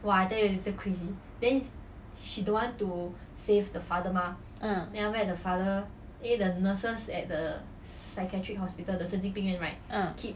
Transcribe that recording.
uh